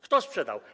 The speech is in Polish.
Kto sprzedał?